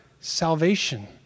Salvation